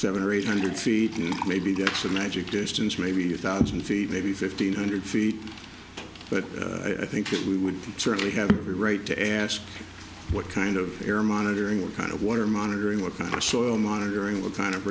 seven or eight hundred feet and maybe that's a magic distance maybe a thousand feet maybe fifteen hundred feet but i think that we would certainly have a right to ask what kind of air monitoring what kind of water monitoring what cash oil monitoring what kind of